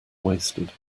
wasted